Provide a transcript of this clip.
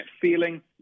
feeling